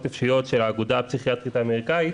נפשיות של האגודה הפסיכיאטרית האמריקאית